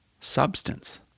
substance